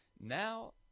Now